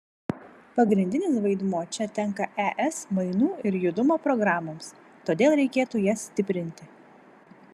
pagrindinis vaidmuo čia tenka es mainų ir judumo programoms todėl reikėtų jas stiprinti